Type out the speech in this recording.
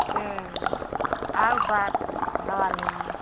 चलो आउब बाद दवा लेने